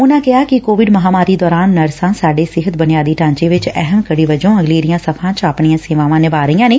ਉਨਾਂ ਕਿਹਾ ਕਿ ਕੋਵਿਡ ਮੁਹਾਮਾਰੀ ਦੌਰਾਨ ਨਰਸਾਂ ਅਤੇ ਸਿਹਤ ਬੁਨਿਆਦੀ ਢਾਂਚੇ ਵਿਚ ਅਹਿਮ ਕੜੀ ਵਜੋਂ ਅਗਲੇਰੀਆਂ ਸਫਾ ਚ ਆਪਣੀਆਂ ਸੇਵਾਵਾਂ ਨਿਭਾ ਰਹੀਆਂ ਨੇ